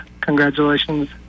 Congratulations